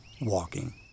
WALKING